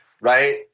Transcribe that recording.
right